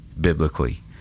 biblically